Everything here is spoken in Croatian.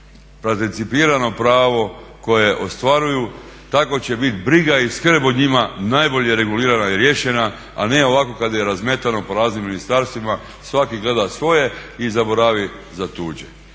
participirano pravo koje ostvaruju. Tako će biti briga i skrb o njima bolje regulirana i riješena a ne ovako kad je razmetano po raznim ministarstvima svaki gleda svoje i zaboravi za tuđe.